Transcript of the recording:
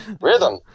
rhythm